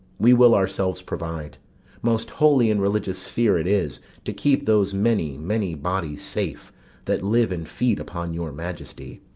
we will ourselves provide most holy and religious fear it is to keep those many many bodies safe that live and feed upon your majesty.